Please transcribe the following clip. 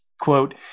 Quote